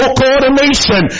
coordination